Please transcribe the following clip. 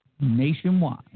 nationwide